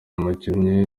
mukinnyi